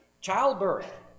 childbirth